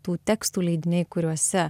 tų tekstų leidiniai kuriuose